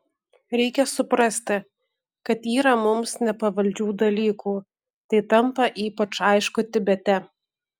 reikia suprasti kad yra mums nepavaldžių dalykų tai tampa ypač aišku tibete